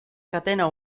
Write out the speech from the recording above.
catena